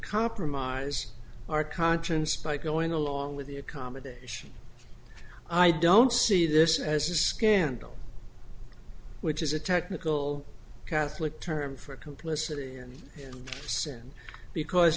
compromise our conscience by going along with the accommodation i don't see this as a scandal which is a technical catholic term for complicity and sin because